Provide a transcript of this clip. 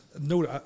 No